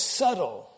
subtle